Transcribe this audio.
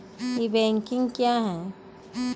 ई banking क्या हैं?